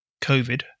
COVID